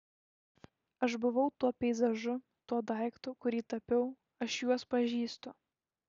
aš buvau tuo peizažu tuo daiktu kurį tapiau aš juos pažįstu